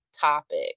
topic